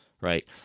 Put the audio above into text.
right